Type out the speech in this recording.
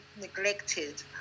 neglected